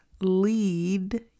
lead